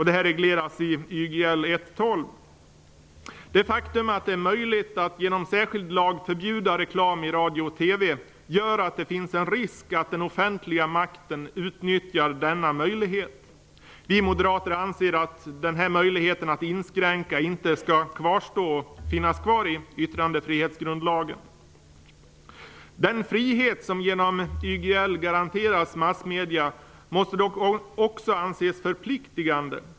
Det regleras i YGL Det faktum att det är möjligt att genom särskild lag förbjuda reklam i radio och TV gör att det finns en risk att den offentliga makten utnyttjar denna möjlighet. Vi moderater anser att denna möjlighet att inskränka inte skall kvarstå i yttrandefrihetsgrundlagen. Den frihet som genom YGL garanteras massmedier måste dock också anses förpliktigande.